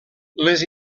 les